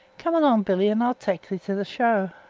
come along, billy, and i'll tek thee to the show